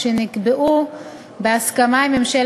במיוחד הנחקרים